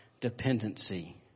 dependency